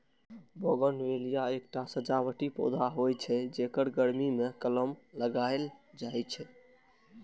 bougainvillea एकटा सजावटी पौधा होइ छै, जेकर गर्मी मे कलम लगाएल जाइ छै